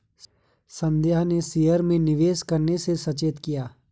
संध्या ने शेयर में निवेश करने से सचेत किया